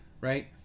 right